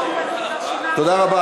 תודה רבה.